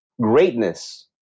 greatness